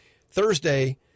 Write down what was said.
thursday